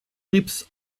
rips